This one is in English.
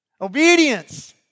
Obedience